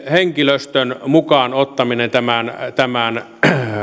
henkilöstön mukaan ottaminen tämän tämän